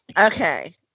Okay